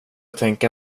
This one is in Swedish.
tänka